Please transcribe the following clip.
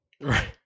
Right